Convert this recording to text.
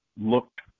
looked